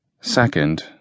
Second